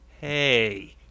hey